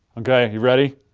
ok, you ready?